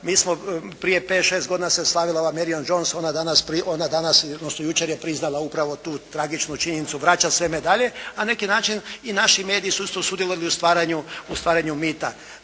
mi smo prije pet, šest godina se slavila ova Marion Jones, ona danas odnosno jučer je priznala upravo tu tragičnu činjenicu, vraća sve medalje a na neki način i naši mediji su isto sudjelovali u stvaranju mita.